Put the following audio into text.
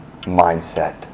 mindset